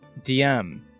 DM